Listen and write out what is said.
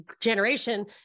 generation